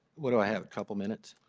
what do i have, couple minutes?